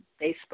Facebook